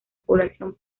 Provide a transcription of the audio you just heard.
población